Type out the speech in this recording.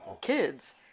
kids